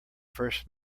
first